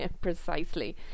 precisely